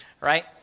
right